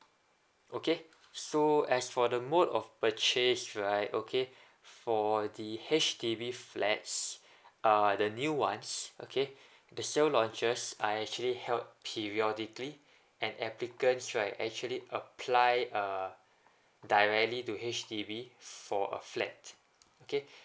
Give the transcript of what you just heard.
okay so as for the mode of purchase right okay for the H_D_B flats uh the new ones okay they sell launchers are actually held periodically and applicants right actually apply uh directly to H_D_B for a flat okay